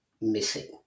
missing